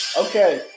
Okay